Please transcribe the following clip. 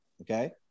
okay